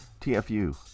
TFU